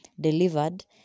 delivered